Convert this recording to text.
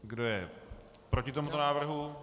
Kdo je proti tomuto návrhu?